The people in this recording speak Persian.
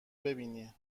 ببینی